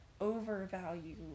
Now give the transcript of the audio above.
overvalue